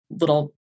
little